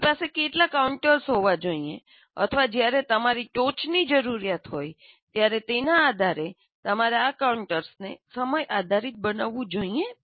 તમારી પાસે કેટલા કાઉન્ટર્સ હોવા જોઈએ અથવા જ્યારે તમારી ટોચની જરૂરિયાત હોય ત્યારે તેના આધારે તમારે આ કાઉન્ટર્સને સમય આધારિત બનાવવું જોઈએ